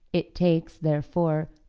it takes, therefore,